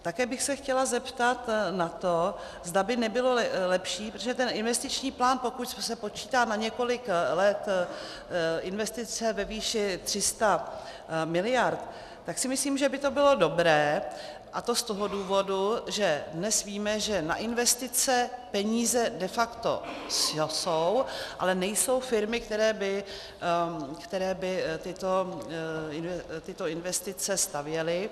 Také bych se chtěla zeptat na to, zda by nebylo lepší, protože ten investiční plán, pokud se počítá na několik let investice ve výši 300 miliard, tak si myslím, že by to bylo dobré, a to z toho důvodu, že dnes víme, že na investice peníze de facto jsou, ale nejsou firmy, které by tyto investice stavěly...